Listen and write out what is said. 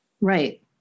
Right